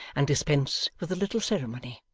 and dispense with a little ceremony.